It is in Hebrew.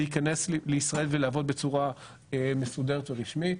להיכנס לישראל ולעבוד בצורה מסודרת ורשמית.